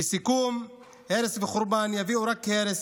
לסיכום, הרס וחורבן יביאו רק הרס,